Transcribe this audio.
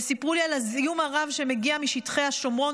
הם סיפור לי על הזיהום הרב שמגיע משטחי השומרון